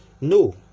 No